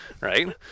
right